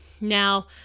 Now